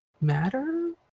matter